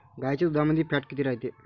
गाईच्या दुधामंदी फॅट किती रायते?